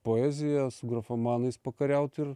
poeziją su grafomanais pakariaut ir